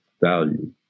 value